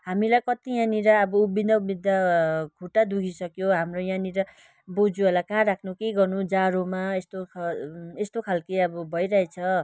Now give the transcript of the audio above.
हामीलाई कति यहाँनिर अब उभिँदा उभिँदा खुट्टा दुखिसक्यो हाम्रो यहाँनिर बोजूहरूलाई कहाँ राख्नु के गर्नु जाडोमा यस्तो खा यस्तो खाले अब भइरहेछ